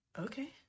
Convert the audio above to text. Okay